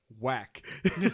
whack